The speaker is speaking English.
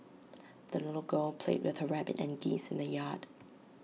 the little girl played with her rabbit and geese in the yard